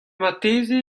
marteze